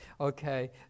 okay